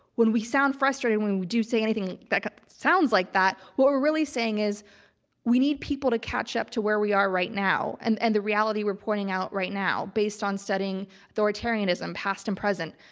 when we sound frustrated, when we do say anything that sounds like that. what we're really saying is we need people to catch up to where we are right now. and and the reality we're pointing out right now based on studying authoritarianism, past and present,